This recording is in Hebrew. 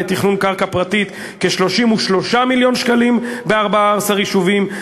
לתכנון קרקע פרטית כ-33 מיליון שקלים ב-14 יישובים,